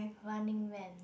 Running-Man